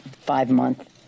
five-month